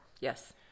Yes